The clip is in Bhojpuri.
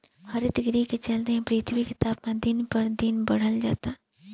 हरितगृह के चलते ही पृथ्वी के तापमान दिन पर दिन बढ़ल जाता